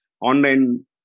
online